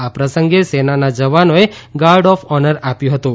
આ પ્રસંગે સેનાના જવાનોએ ગાર્ડ ઓફ ઓર્નર આપ્યું હતું